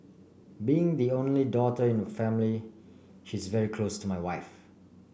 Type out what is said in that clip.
being the only daughter in the family she is very close to my wife